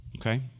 Okay